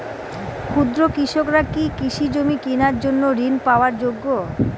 ক্ষুদ্র কৃষকরা কি কৃষিজমি কিনার জন্য ঋণ পাওয়ার যোগ্য?